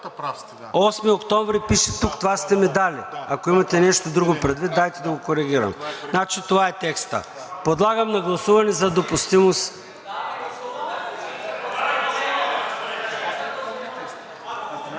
„8 октомври“ пише тук – това сте ми дали. Ако имате нещо друго предвид, дайте да го коригираме. Значи това е текстът. Подлагам на гласуване текста за допустимост.